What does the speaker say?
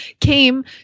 came